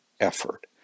effort